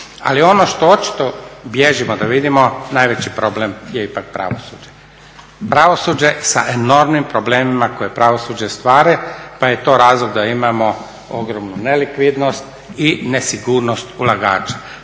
Ali ono što očito bježimo da vidimo najveći problem je ipak pravosuđe. Pravosuđe sa enormnim problemima koje pravosuđe ostvaruje pa je to razlog da imamo ogromnu nelikvidnost i nesigurnost ulagača.